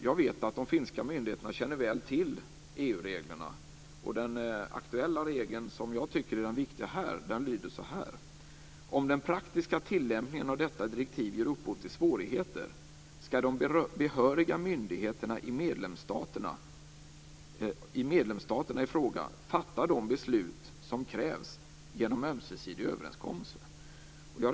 Jag vet att de finska myndigheterna väl känner till EU-reglerna. Den aktuella regeln, som jag tycker är den viktiga här, lyder: Om den praktiska tillämpningen av detta direktiv ger upphov till svårigheter skall de behöriga myndigheterna i medlemsstaterna i fråga fatta de beslut som krävs genom ömsesidig överenskommelse.